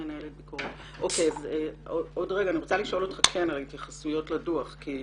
רוצה לשאול אותך בהתייחס לדוח.